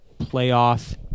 playoff